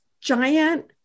giant